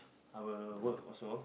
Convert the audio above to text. I will work also